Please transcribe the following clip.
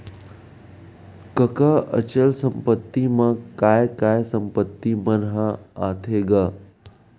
कका अचल संपत्ति मा काय काय संपत्ति मन ह आथे गा?